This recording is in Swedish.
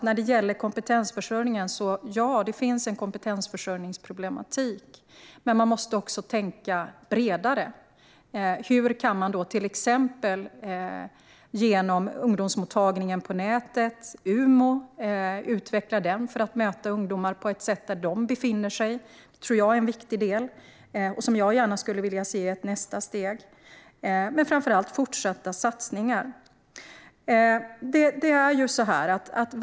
När det gäller kompetensförsörjningen: Ja, det finns en kompetensförsörjningsproblematik, men man måste också tänka bredare. Hur kan man till exempel utveckla ungdomsmottagningen på nätet, UMO, för att möta ungdomar där de befinner sig? Det tror jag är en viktig del, som jag gärna skulle vilja se i ett nästa steg. Framför allt handlar det dock om fortsatta satsningar.